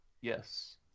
Yes